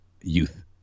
youth